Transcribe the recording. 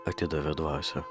atidavė dvasią